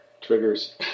Triggers